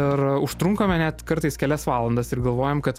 ir užtrunkame net kartais kelias valandas ir galvojam kad